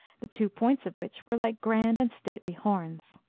the two points of which were like grand and stately horns.